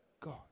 God